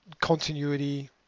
continuity